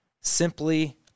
simply